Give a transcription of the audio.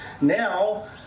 now